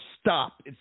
stop